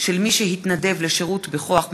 של מי שהתנדב לשירות בכוח מזוין),